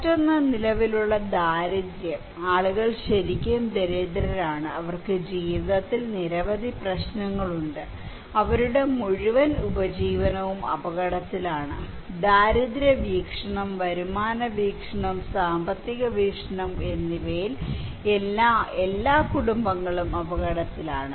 മറ്റൊന്ന് നിലവിലുള്ള ദാരിദ്ര്യം ആളുകൾ ശരിക്കും ദരിദ്രരാണ് അവർക്ക് ജീവിതത്തിൽ നിരവധി പ്രശ്നങ്ങളുണ്ട് അവരുടെ മുഴുവൻ ഉപജീവനവും അപകടത്തിലാണ് ദാരിദ്ര്യ വീക്ഷണം വരുമാന വീക്ഷണം സാമ്പത്തിക വീക്ഷണം എന്നിവയിൽ എല്ലാം എല്ലാ കുടുംബങ്ങളും അപകടത്തിലാണ്